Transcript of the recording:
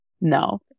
no